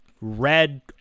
red